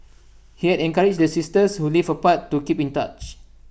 he had encouraged the sisters who lived apart to keep in touch